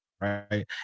right